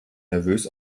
nervös